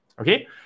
okay